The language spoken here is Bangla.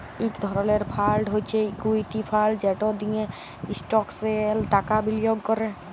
ইক ধরলের ফাল্ড হছে ইকুইটি ফাল্ড যেট দিঁয়ে ইস্টকসে টাকা বিলিয়গ ক্যরে